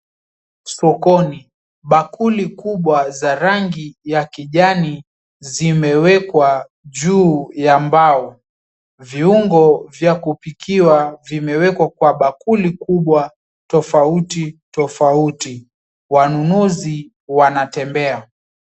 Sokoni, bakuli kubwa za rangi ya kijani zimewekwa juu ya mbao. Viungo vya kupikiwa vimewekwa kwa bakuli kubwa tofauti tofauti. Wanunuzi wanatembea.